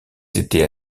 étaient